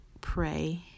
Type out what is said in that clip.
pray